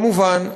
כמובן,